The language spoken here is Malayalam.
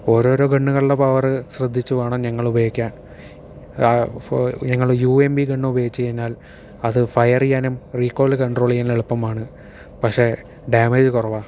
ഓരോരോ ഗണ്ണുകളുടെ പവർ ശ്രദ്ധിച്ചു വേണം ഞങ്ങളുപയോഗിക്കാൻ ഞങ്ങള് യൂ എൻ ബി ഗൺ ഉപയോഗിച്ചു കഴിഞ്ഞാൽ അത് ഫയർ ചെയ്യാനും റീകോൾ കണ്ട്രോൾ ചെയ്യാനും എളുപ്പമാണ് പഷെ ഡേമേജ് കുറവാണ്